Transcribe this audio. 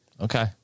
Okay